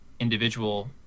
individual